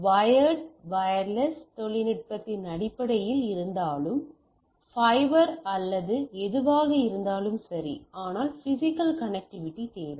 wired wireless தொழில்நுட்பத்தின் அடிப்படையில் இருந்தாலும் ஃபைபர் அல்லது எதுவாக இருந்தாலும் சரி ஆனால் பிசிக்கல் கனெக்டிவிட்டி தேவை